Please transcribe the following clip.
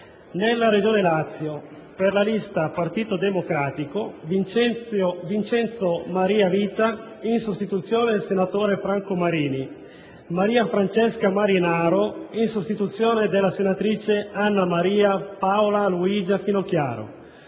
nella Regione Lazio, per la lista "Partito Democratico", Vincenzo Maria Vita in sostituzione del senatore Franco Marini, Maria Francesca Marinaro in sostituzione della senatrice Anna Maria Paola Luigia Finocchiaro,